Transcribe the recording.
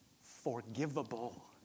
forgivable